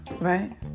right